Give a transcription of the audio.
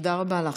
תודה רבה לך.